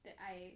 that I